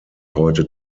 heute